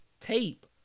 tape